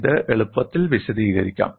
ഇത് എളുപ്പത്തിൽ വിശദീകരിക്കാം